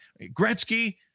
Gretzky